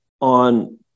on